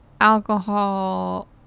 alcohol